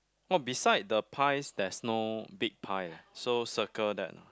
oh beside the pies there's no big pie ah so circle that